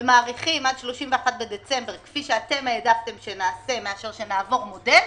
ומאריכים עד 31 בדצמבר כפי שאתם העדפתם שנעשה מאשר שנעבור מודל,